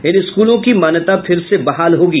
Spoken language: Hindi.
इन स्कूलों की मान्यता फिर से बहाल होगी